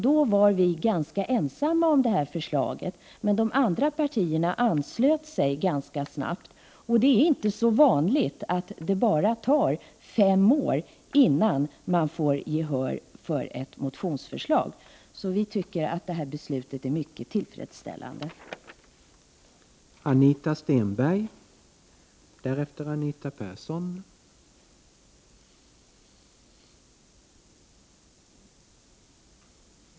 Då var vi ganska ensamma om förslaget, men de andra partierna anslöt sig ganska snabbt. Det är inte så vanligt att att det bara tar fem år innan man får gehör Prot. 1988/89:41 för ett motionsförslag, så vi tycker att beslutet är mycket tillfredsställande.